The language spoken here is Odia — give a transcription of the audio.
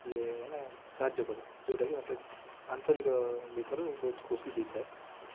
ଇଏ ମାନେ ସାହାଯ୍ୟ କରେ ଯୋଉଟାକି ମୋତେ ଆନ୍ତରିକ ଭିତରୁ ବହୁତ ଖୁସି ଦେଇଥାଏ